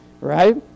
Right